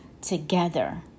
together